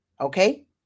Okay